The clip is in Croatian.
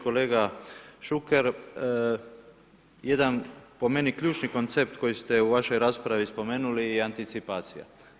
Kolega Šuker, jedan po meni ključni koncept koji ste u vašoj raspravi spomenuli je i anticipacija.